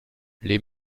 les